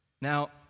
Now